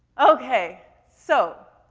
okay. so,